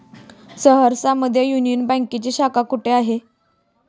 सहरसा मध्ये युनियन बँकेची शाखा कुठे आहे?